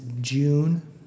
june